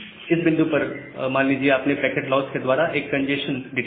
इस बिंदु पर मान लीजिए आपने पैकेट लॉस के द्वारा एक कंजेस्शन डिटेक्ट किया